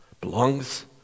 belongs